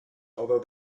although